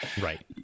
right